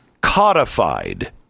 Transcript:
codified